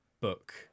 book